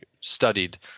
studied